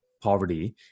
poverty